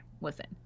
listen